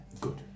Good